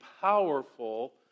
powerful